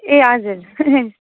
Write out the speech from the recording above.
ए हजुर